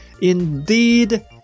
indeed